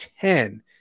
ten